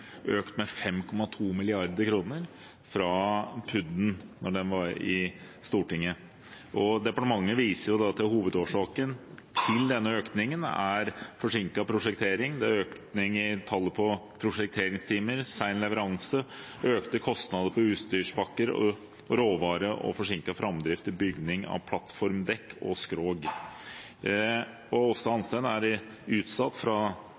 økt med 5,2 mrd. kr fra PUD-en var i Stortinget. Departementet viser til at hovedårsaken til denne økningen er forsinket prosjektering, økning i tallet på prosjekteringstimer, sein leveranse, økte kostnader på utstyrspakker og råvarer og forsinket framdrift i bygging av plattformdekk og skrog. Aasta Hansteen er igjen utsatt, nå fra tredje kvartal 2017 til andre halvdel av 2018. Komiteen merker seg – og